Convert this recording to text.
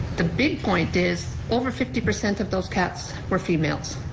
the big point is over fifty percent of those cats were females.